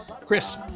chris